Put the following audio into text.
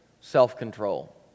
self-control